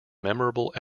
memorable